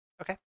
Okay